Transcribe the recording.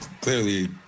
clearly